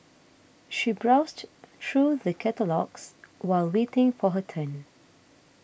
she browsed through the catalogues while waiting for her turn